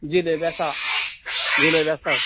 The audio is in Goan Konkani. जिलेबी आसा जिलेबी आसात